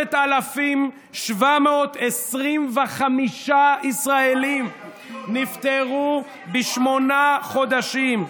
3,725 ישראלים נפטרו בשמונה חודשים.